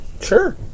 Sure